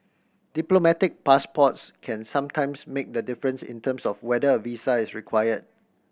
diplomatic passports can sometimes make the difference in terms of whether a visa is required